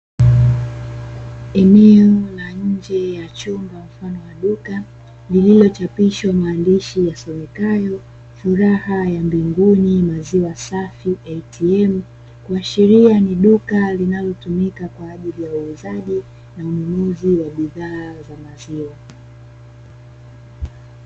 Eneo la nje ya chumba mfano wa duka, lililochapishwa maandishi yasomekayo "Furaha Ya Mbinguni Maziwa Safi ATM", kuashiria ni duka linalotumika kwa ajili ya uuzaji, na ununuzi wa bidhaa za maziwa.